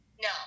No